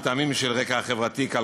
מטעמים של רקע חברתי-כלכלי,